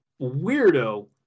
weirdo